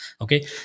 okay